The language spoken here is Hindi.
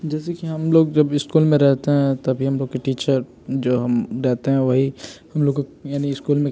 जैसे कि हम लोग जब इस्कूल में रहते हैं तभी हम लोग की टीचर जो हम डरते हैं वही हम लोग यानी इस्कूल में